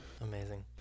Amazing